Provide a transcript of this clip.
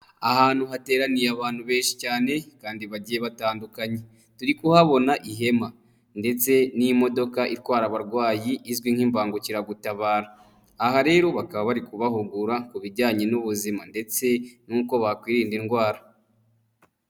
Ahantu hateraniye abantu benshi cyane kandi bagiye batandukanye, turi kuhabona ihema ndetse n'imodoka itwara abarwayi izwi nk'imbangukiragutabara. Aha rero bakaba bari kubahugura ku bijyanye n'ubuzima ndetse n'uko bakwirinda indwara.